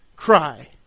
Cry